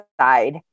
side